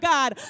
God